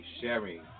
sharing